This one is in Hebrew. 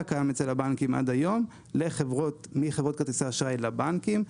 קיים אצל הבנקים עד היום מחברות כרטיסי האשראי לבנקים.